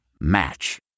Match